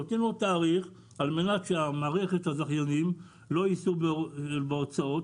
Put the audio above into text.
נותנים לו תאריך על מנת שהמערכת הזכיינים לא יישאו בהוצאות,